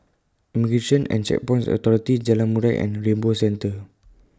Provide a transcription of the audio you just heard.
Immigration and Checkpoints Authority Jalan Murai and Rainbow Centre